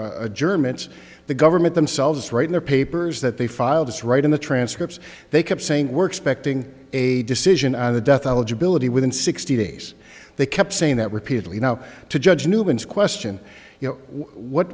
a german it's the government themselves right in the papers that they filed this right in the transcripts they kept saying we're expecting a decision on the death within sixty days they kept saying that repeatedly now to judge newman's question you know